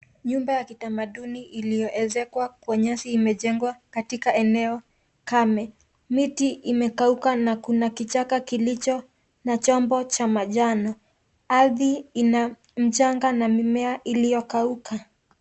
Nyumba ya kitamaduni iliyoezekwa kwa nyasi imejengwa katika eneo kame. Miti imekauka na kuna kichaka kilicho na chombo cha manjano. Ardhi ina mchanga na mimea iliyokauka.